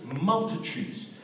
multitudes